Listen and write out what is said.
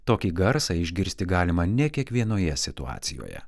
tokį garsą išgirsti galima ne kiekvienoje situacijoje